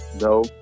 no